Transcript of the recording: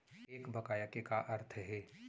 एक बकाया के का अर्थ हे?